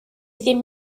ddim